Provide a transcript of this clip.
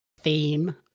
theme